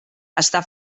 està